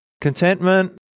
Contentment